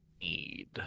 need